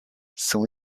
son